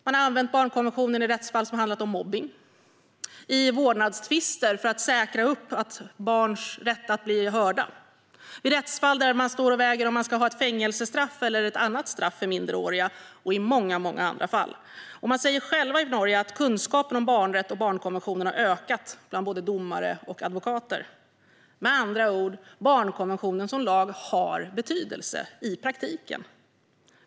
Man har använt barnkonventionen i rättsfall som har handlat om mobbning, i vårdnadstvister för att säkra barns rätt att bli hörda, i rättsfall där man väger mellan fängelsestraff eller annat straff för minderåriga och i många andra fall. Man säger i Norge att kunskapen om barnrätt och barnkonventionen har ökat bland både domare och advokater. Med andra ord: Barnkonventionen som lag har betydelse i praktiken.